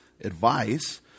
advice